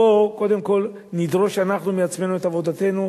בואו קודם כול נדרוש אנחנו מעצמנו את עבודתנו.